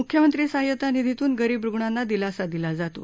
मुख्यमंत्री सहायता निधीतून गरीब रुग्णांना दिलासा दिला जातो